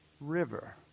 river